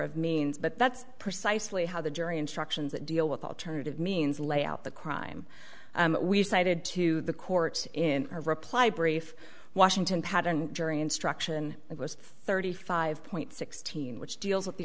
of means but that's precisely how the jury instructions that deal with alternative means lay out the crime we cited to the court in her reply brief washington pattern jury instruction it was thirty five point six teen which deals with the